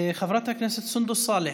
חברת הכנסת סונדוס סאלח,